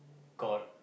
called